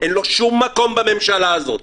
אין לו שום מקום בממשלה הזאת.